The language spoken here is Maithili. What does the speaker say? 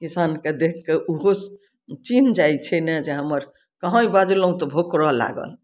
किसानके देख कऽ उहो चिन्हि जाइ छै ने जे हम्मर कहय बजलहुँ तऽ भोकरऽ लागल